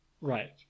right